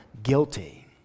guilty